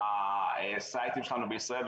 האתרים שלנו בישראל,